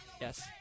yes